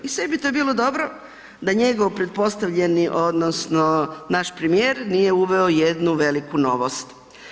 I sve bi to bilo dobro da njegov pretpostavljeni odnosno naš premijer nije uveo jednu veliku novost.